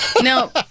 Now